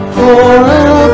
forever